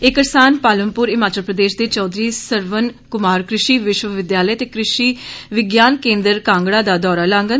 एह् करसान पालमपुर हिमाचल प्रदेश दे चौधरी सरवण कुमार कृषि विश्व विद्यालय ते कृषि विज्ञान केन्द्र कांगड़ा दा दौरा लांगन